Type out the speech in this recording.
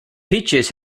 peaches